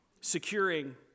securing